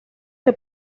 que